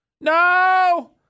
No